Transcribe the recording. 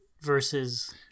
versus